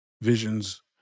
Visions